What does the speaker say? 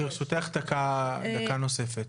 לרשותך דקה נוספת.